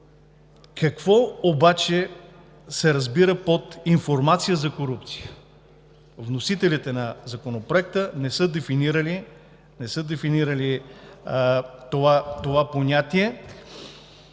Какво обаче се разбира под „информация за корупция“? Вносителите на Законопроекта не са дефинирали това понятие,